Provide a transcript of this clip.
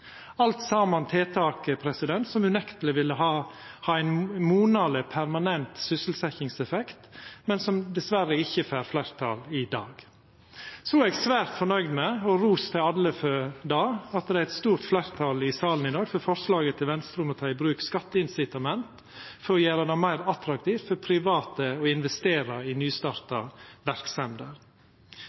Alt saman er tiltak som unekteleg vil ha ein monaleg permanent sysselsetjingseffekt, men som dessverre ikkje får fleirtal i dag. Så er eg svært fornøgd med – og ros til alle for det – at det er eit stort fleirtal i salen i dag for forslaget frå Venstre om å ta i bruk skatteincitament for å gjera det meir attraktivt for private å investera i nystarta verksemder.